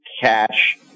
cash